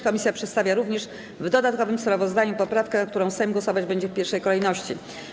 Komisja przedstawia również w dodatkowym sprawozdaniu poprawkę, nad którą Sejm głosować będzie w pierwszej kolejności.